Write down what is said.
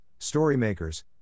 Storymakers